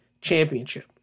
Championship